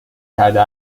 کرده